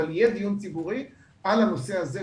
אבל יהיה דיון ציבורי על הנושא הזה,